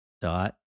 dot